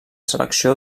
selecció